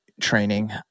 training